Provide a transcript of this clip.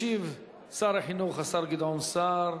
ישיב שר החינוך, השר גדעון סער.